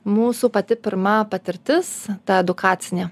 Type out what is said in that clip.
mūsų pati pirma patirtis ta edukacinė